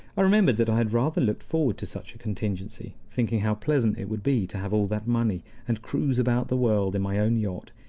i remembered that i had rather looked forward to such a contingency, thinking how pleasant it would be to have all that money, and cruise about the world in my own yacht,